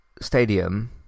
stadium